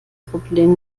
problem